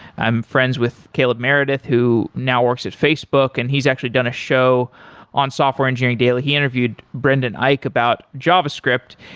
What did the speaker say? i'm friends with caleb meredith, who now works at facebook and he's actually done a show on software engineering daily. he interviewed brendan eich about javascript,